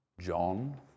John